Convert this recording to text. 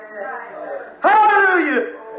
Hallelujah